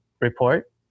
report